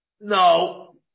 No